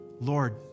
Lord